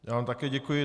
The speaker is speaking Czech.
Já vám také děkuji.